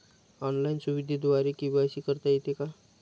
Online सुविधेद्वारे KYC करता येते का?